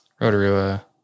Rotorua